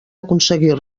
aconseguir